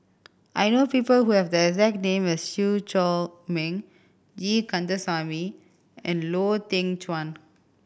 I know people who have the exact name as Chew Chor Meng E Kandasamy and Lau Teng Chuan